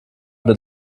that